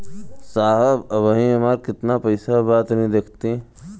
साहब अबहीं हमार कितना पइसा बा तनि देखति?